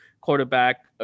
quarterback